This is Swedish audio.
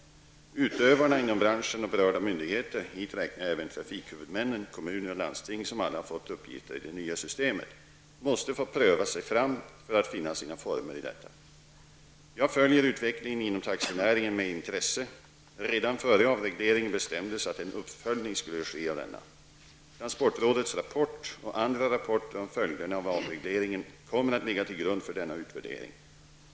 Utövarna inom branschen och berörda myndigheter -- hit räknar jag även trafikhuvudmännen, kommuner och landsting som alla har fått uppgifter i det nya systemet -- måste få pröva sig fram för att finna sina former i detta. Jag följer utvecklingen inom taxinäringen med intresse. Redan före avregleringen bestämdes att en uppföljning skulle ske av denna. Transportrådets rapport och andra rapporter om följderna av avregleringen kommer att ligga till grund för denna utvärdering.